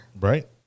Right